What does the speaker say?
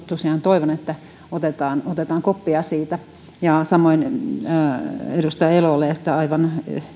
tosiaan toivon että otetaan otetaan koppia samoin edustaja elolle aivan